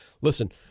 listen